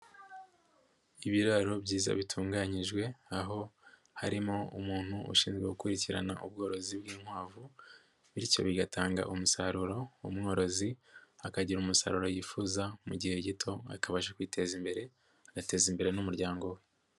Ibiraro byiza bitunganyijwe aho harimo umuntu ushinzwe gukurikirana ubworozi bw'inkwavu bityo bigatanga umusaruro umworozi akagira umusaruro yifuza mu gihe gito akabasha kwiteza imbere agateza imbere n'umuryango we.